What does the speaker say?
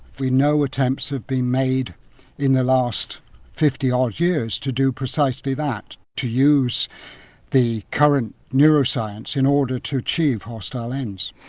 we know attempts have been made in the last fifty odd years to do precisely that, to use the current neuroscience in order to achieve hostile ends.